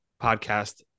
podcast